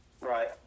Right